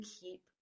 keep